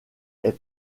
est